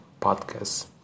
podcast